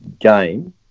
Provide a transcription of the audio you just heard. game